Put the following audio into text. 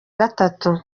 gatatu